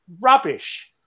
rubbish